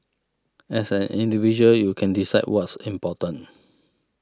as an individual you can decide what's important